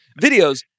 videos